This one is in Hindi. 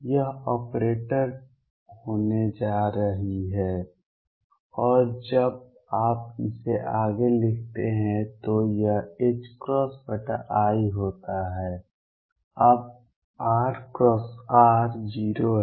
यह ऑपरेटर होने जा रही है और जब आप इसे आगे लिखते हैं तो यह i होता है अब rr 0 है